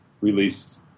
released